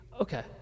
Okay